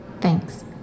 thanks